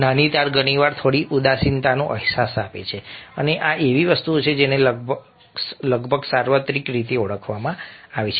નાની તાર ઘણી વાર થોડી ઉદાસીનો અહેસાસ આપે છે અને આ એવી વસ્તુ છે જેને લગભગ સાર્વત્રિક રીતે ઓળખવામાં આવી છે